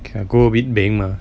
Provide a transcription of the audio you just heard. can gold win beng mah